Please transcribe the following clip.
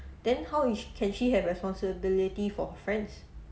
then how is sh~ can she have responsibility for friends